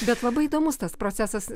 bet labai įdomus tas procesas